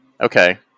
Okay